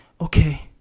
Okay